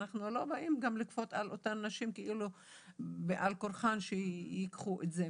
אנחנו לא באים גם לכפות על אותן נשים בעל כורחן שייקחו את זה.